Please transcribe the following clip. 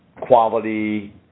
quality